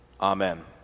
Amen